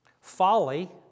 Folly